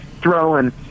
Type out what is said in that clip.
throwing